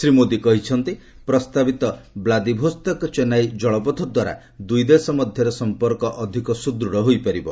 ଶ୍ରୀ ମୋଦି କହିଛନ୍ତି ପ୍ରସ୍ତାବିତ ବ୍ଲାଦିଭୋସ୍ତକ ଚେନ୍ନାଇ ଜଳପଥ ଦ୍ୱାରା ଦୂଇ ଦେଶ ମଧ୍ୟରେ ସମ୍ପର୍କ ଅଧିକ ସୁଦୃଢ଼ ହୋଇପାରିବ